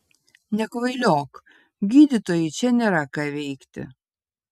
nekvailiok gydytojui čia nėra ką veikti